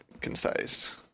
concise